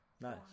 Nice